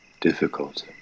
difficult